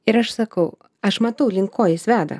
ir aš sakau aš matau link ko jis veda